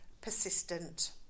persistent